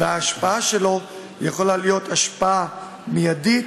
ההשפעה שלו יכולה להיות השפעה מיידית